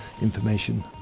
information